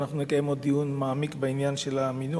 ואנחנו נקיים עוד דיון מעמיק בעניין המינוח,